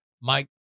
Mike